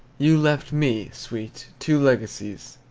you left me, sweet, two legacies,